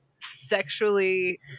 sexually